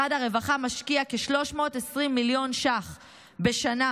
משרד הרווחה משקיע כ-320 מיליון ש"ח בשנה